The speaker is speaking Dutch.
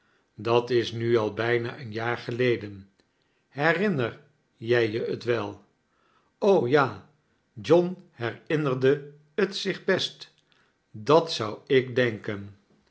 dat is nu al bijna een jaar geleden herinner jij je t wel q ja john lierinnerde t zioh best dat zou ik ctanken